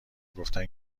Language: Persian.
گفتن